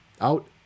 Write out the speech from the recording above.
out